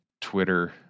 Twitter